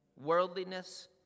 Worldliness